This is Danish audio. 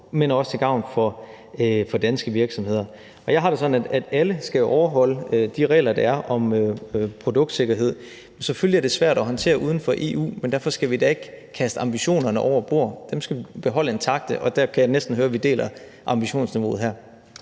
men også til gavn for danske virksomheder. Jeg har det sådan, at alle skal overholde de regler, der er om produktsikkerhed. Selvfølgelig er det svært at håndtere uden for EU, men derfor skal vi da ikke kaste ambitionerne over bord – dem skal vi beholde intakte – og jeg kan næsten høre, at vi deler ambitionsniveauet her.